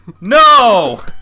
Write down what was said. No